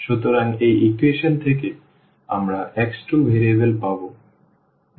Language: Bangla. সুতরাং এই ইকুয়েশন থেকে আমরা x2 ভেরিয়েবল পাব